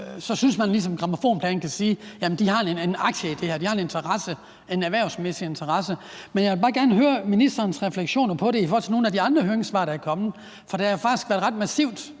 så synes man ligesom, at grammofonpladen kan sige, at de har en aktie, en erhvervsmæssig interesse i det her. Men jeg vil bare gerne høre ministerens refleksioner over det i forhold til nogle af de andre høringssvar, der er kommet. For det har faktisk været ret massivt